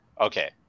Okay